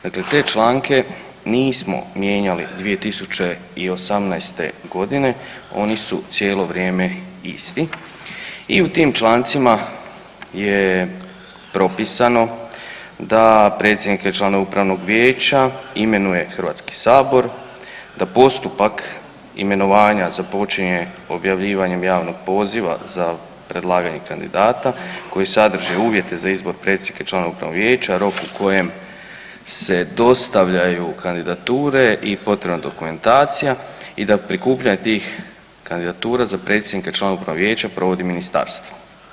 Dakle, te članke nismo mijenjali 2018.g., oni su cijelo vrijeme isti i u tim člancima je propisano da predsjednika i članove upravnog vijeća imenuje HS, da postupak imenovanja započinje objavljivanjem javnog poziva za predlaganje kandidata koji sadrži uvjete za izbor predsjednika i članova upravnog vijeća, rok u kojem se dostavljaju kandidature i potrebna dokumentacija i da prikupljanje tih kandidatura za predsjednika i članove upravnog vijeća provodi ministarstvo.